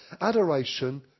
Adoration